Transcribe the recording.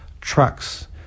trucks